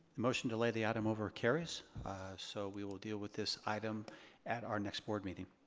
motion to lay the item over carries so we will deal with this item at our next board meeting.